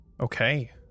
Okay